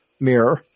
mirror